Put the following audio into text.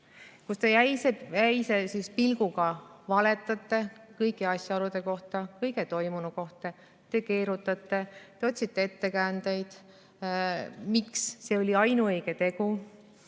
kui te jäise pilguga valetate kõigi asjaolude kohta, kõige toimunu kohta. Te keerutate, te otsite ettekäändeid, miks see oli ainuõige tegu.